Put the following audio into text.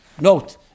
note